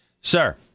sir